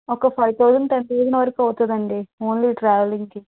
ఒక five thousand ten thousand వరకు అవుతుందండి ఓన్లీ ట్రావెలింగ్కి